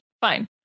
Fine